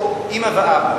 או לאימא ואבא,